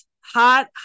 hot